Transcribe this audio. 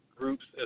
groups